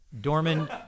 Dorman